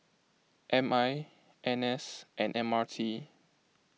M I N S and M R T